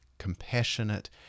compassionate